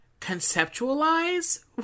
conceptualize